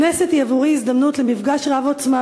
הכנסת היא עבורי הזדמנות למפגש רב-עוצמה